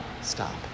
stop